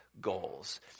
goals